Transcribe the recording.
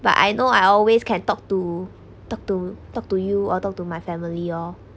but I know I always can talk to talk to talk to you or talk to my family lor